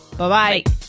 Bye-bye